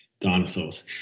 dinosaurs